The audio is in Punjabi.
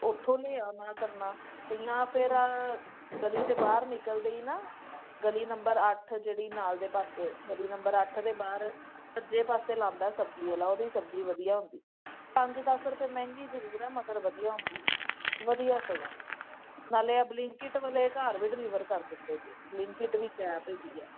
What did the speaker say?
ਉੱਥੋਂ ਲਿਆ ਨਾ ਕਰਨਾ ਅਤੇ ਜਾਂ ਫਿਰ ਗਲੀ ਦੇ ਬਾਹਰ ਨਿਕਲਦੇ ਹੀ ਨਾ ਗਲੀ ਨੰਬਰ ਅੱਠ ਜਿਹੜੀ ਨਾਲ ਦੇ ਪਾਸੇ ਗਲੀ ਨੰਬਰ ਅੱਠ ਦੇ ਬਾਹਰ ਸੱਜੇ ਪਾਸੇ ਲਾਉਂਦਾ ਸਬਜ਼ੀ ਵਾਲਾ ਉਹਦੀ ਸਬਜ਼ੀ ਵਧੀਆ ਹੁੰਦੀ ਪੰਜ ਦਸ ਰੁਪਏ ਮਹਿੰਗੀ ਜ਼ਰੂਰ ਹੈ ਮਗਰ ਵਧੀਆ ਹੁੰਦੀ ਹੈ ਵਧੀਆ ਸਗੋਂ ਨਾਲੇ ਆ ਬਲਿੰਕਇਟ ਵਾਲੇ ਘਰ ਵੀ ਡਿਲੀਵਰ ਕਰ ਦਿੰਦੇ ਜੇ ਬਲਿੰਕਇਟ ਵੀ ਇੱਕ ਐਪ ਹੈਗੀ ਆ